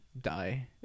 die